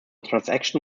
transaction